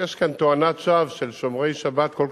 שיש כאן תואנת שווא של שומרי שבת כל